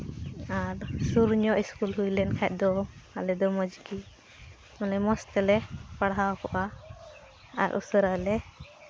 ᱟᱨ ᱥᱩᱨ ᱧᱚᱜ ᱥᱠᱩᱞ ᱦᱩᱭ ᱞᱮᱱᱠᱷᱟᱱ ᱫᱚ ᱟᱞᱮ ᱫᱚ ᱢᱚᱡᱽ ᱜᱮ ᱢᱟᱱᱮ ᱢᱚᱡᱽ ᱛᱮᱞᱮ ᱯᱟᱲᱦᱟᱣ ᱠᱚᱜᱼᱟ ᱟᱨ ᱩᱥᱟᱹᱨᱟ ᱞᱮ